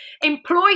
employ